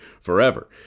forever